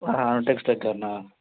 అనుటెక్స్ దగ్గర